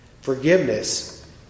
Forgiveness